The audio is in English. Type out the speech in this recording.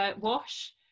wash